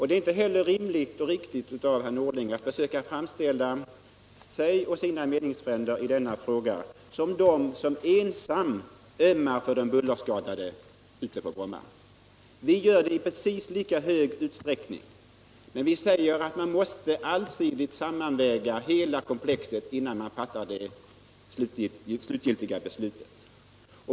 Det är inte heller rimligt och riktigt av herr Norling att försöka framställa sig och sina meningsfränder i denna fråga såsom de som ensamma ömmar för de bullerskadade människorna kring Bromma. Vi gör det i precis lika hög grad, men vi säger att man måste allsidigt sammanväga hela komplexet innan man fattar det slutgiltiga beslutet.